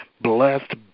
blessed